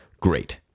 great